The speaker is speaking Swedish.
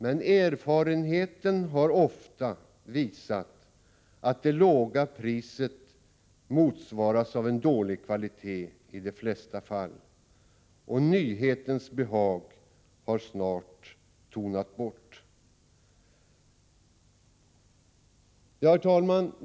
Men erfarenheten har visat att det låga priset i de flesta fall motsvaras av en dålig kvalitet. Nyhetens behag har snart tonat bort. Herr talman!